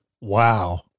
Wow